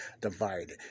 divided